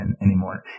anymore